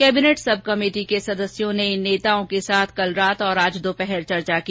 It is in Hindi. कैबिनेट सब कमेटी के सदस्यों ने इन नेताओं के साथ कल रात और आज दोपहर चर्चा की